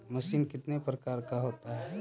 Machine कितने प्रकार का होता है?